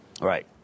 Right